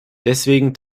deswegen